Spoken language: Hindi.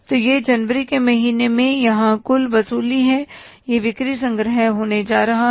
तो ये जनवरी के महीने में यहां कुल वसूली हैं यह बिक्री संग्रह होने जा रहा है